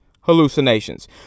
hallucinations